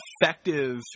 Effective